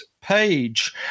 page